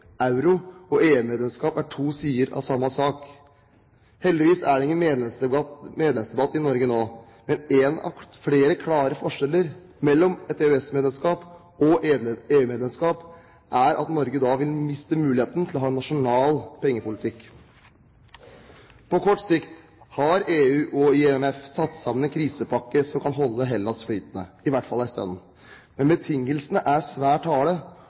Euro og EU-medlemskap er to sider av samme sak. Heldigvis er det ingen medlemsdebatt i Norge nå, men en av flere klare forskjeller mellom et EØS-medlemskap og et EU-medlemskap er at Norge da ville miste muligheten til å ha en nasjonal pengepolitikk. På kort sikt har EU og IMF satt sammen en krisepakke som kan holde Hellas flytende – i hvert fall en stund. Men betingelsene er svært harde,